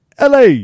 LA